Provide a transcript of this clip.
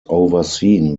overseen